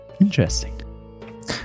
interesting